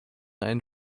ein